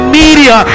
media